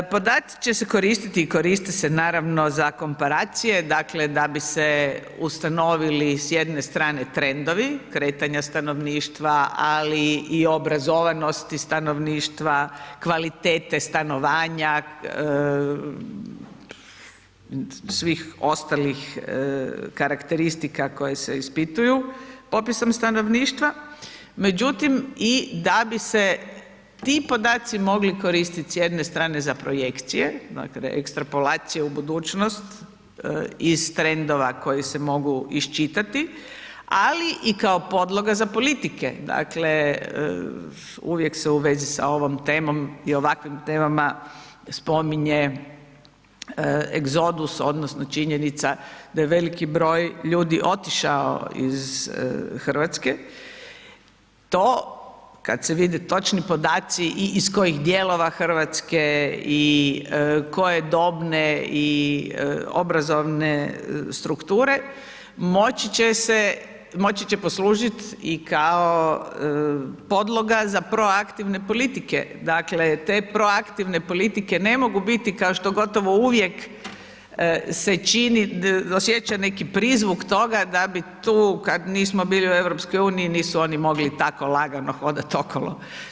Podaci će se koristiti i koriste se naravno za komparacije, dakle da bi se ustanovili s jedne strane trendovi kretanja stanovništva, ali i obrazovanosti stanovništva, kvalitete stanovanja, svih ostalih karakteristika koje se ispituju popisom stanovništva, međutim i da bi se ti podaci mogli koristit s jedne strane za projekcije, … [[Govornik se ne razumije]] ekstrapolacije u budućnost iz trendova koji se mogu iščitati, ali i kao podloga za politike, dakle uvijek se u vezi sa ovom temom i ovakvim temama spominje egzodus odnosno činjenica da je veliki broj ljudi otišao iz RH, to kad se vide točni podaci i iz kojih dijelova RH i koje dobne i obrazovne strukture, moći će se, moći će poslužit i kao podloga za proaktivne politike, dakle te proaktivne politike ne mogu biti kao što gotovo uvijek se čini, osjeća neki prizvuk toga da bi tu kad nismo bili u EU nisu oni mogli tako lagano hodat okolo.